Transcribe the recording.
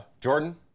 Jordan